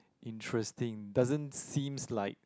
interesting doesn't seems like